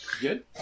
Good